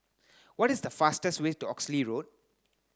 what is the fastest way to Oxley Road